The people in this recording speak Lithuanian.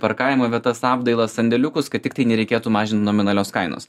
parkavimo vietas apdailas sandėliukus kad tiktai nereikėtų mažint nominalios kainos